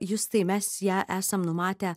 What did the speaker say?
justai mes ją esam numatę